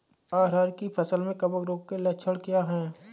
अरहर की फसल में कवक रोग के लक्षण क्या है?